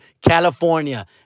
California